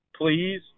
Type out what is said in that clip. please